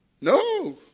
No